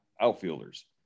outfielders